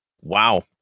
Wow